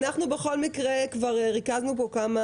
אנחנו בכל מקרה כבר ריכזנו פה כמה